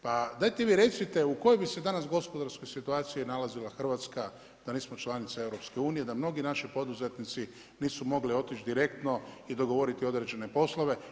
Pa dajte mi recite u kojoj bi se danas gospodarskoj situaciji nalazila Hrvatska da nismo članica EU, da mnogi naši poduzetnici nisu mogli otić direktno i dogovoriti određene poslove.